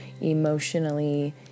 emotionally